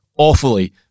Awfully